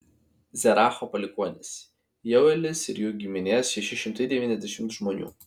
zeracho palikuonys jeuelis ir jų giminės šeši šimtai devyniasdešimt žmonių